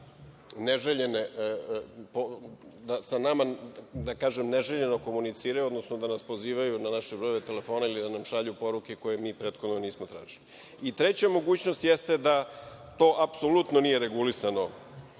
da sa nama neželjeno komuniciraju, odnosno da nas pozivaju na naše brojeve telefona ili da nam šalju poruke koje mi prethodno nismo tražili. Treća mogućnost, jeste da to apsolutno nije regulisano